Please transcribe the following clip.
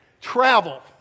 travel